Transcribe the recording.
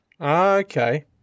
Okay